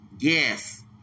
Yes